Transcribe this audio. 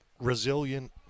resilient